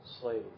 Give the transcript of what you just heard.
slave